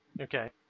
Okay